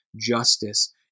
justice